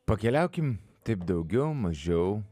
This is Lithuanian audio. pakeliaukim taip daugiau mažiau